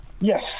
Yes